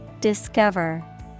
Discover